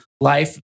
life